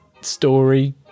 story